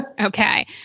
Okay